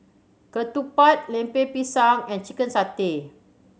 ketupat Lemper Pisang and chicken satay